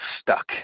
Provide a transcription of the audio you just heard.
stuck